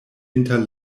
inter